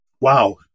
wow